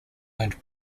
owned